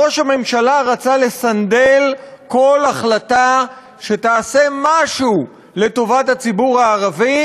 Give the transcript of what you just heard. ראש הממשלה רצה לסנדל כל החלטה שתעשה משהו לטובת הציבור הערבי